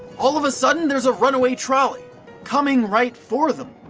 all of a sudden there's a runaway trolley coming right for them.